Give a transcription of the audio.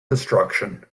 destruction